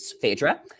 Phaedra